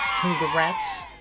Congrats